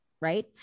right